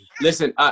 Listen